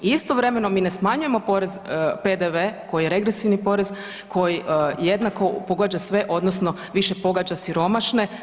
Istovremeno mi ne smanjujemo PDV-e koji je regresivni porez, koji jednako pogađa sve odnosno više pogađa siromašne.